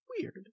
weird